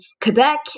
Quebec